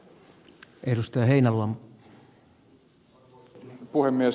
arvoisa puhemies